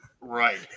right